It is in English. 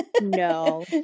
no